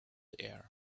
air